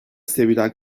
sevilen